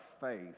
faith